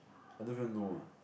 I don't even know ah